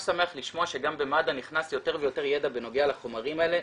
ואני ממש שמח לשמוע שגם במד"א נכנס יותר ויותר ידע בנוגע לחומרים האלה,